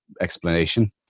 explanation